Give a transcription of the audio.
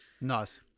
Nice